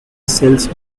cells